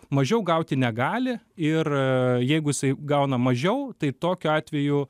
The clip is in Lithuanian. mažiau gauti negali ir jeigu jisai gauna mažiau tai tokiu atveju